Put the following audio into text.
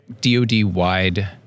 DOD-wide